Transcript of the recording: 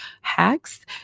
hacks